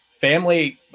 family